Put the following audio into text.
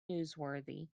newsworthy